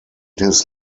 his